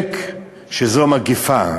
ספק שזו מגפה.